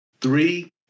three